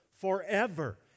forever